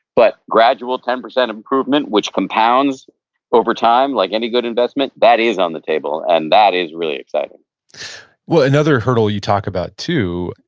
but gradual ten percent improvement which compounds over time, like any good investment that is on the table, and that is really exciting another hurdle you talk about, too,